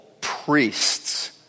priests